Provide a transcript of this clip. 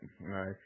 Right